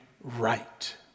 right